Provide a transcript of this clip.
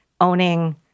owning